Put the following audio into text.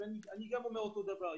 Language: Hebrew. וגם אני אומר אותו הדבר.